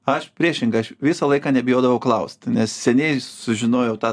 aš priešingai aš visą laiką nebijodavau klaust nes seniai sužinojau tą